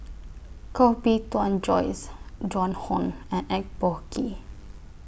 Koh Bee Tuan Joyce Joan Hon and Eng Boh Kee